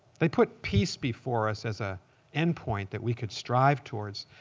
they put peace before us as a endpoint that we could strive towards.